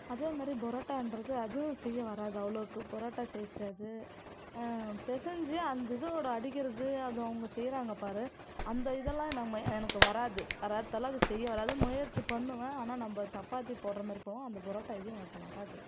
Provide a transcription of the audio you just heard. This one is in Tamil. அதேமாதிரி பரோட்டான்றது அதுவும் செய்ய வராது அவ்வளோவுக்கு பரோட்டா செய்ய தெரியாது பிசஞ்சி அந்த இதோடு அடிக்கிறது அது அவங்க செய்கிறாங்க பாரு அந்த இதெல்லாம் நம்ம எனக்கு வராது வராததால் அது செய்ய வராது முயற்சி பண்ணுவேன் ஆனால் நம்ம சப்பாத்தி போடுறமாரி போடுவோம் அந்த பரோட்டா இது எனக்கு வராது